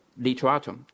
Literatum